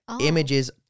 Images